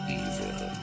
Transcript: evil